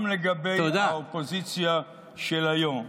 גם לגבי האופוזיציה של היום.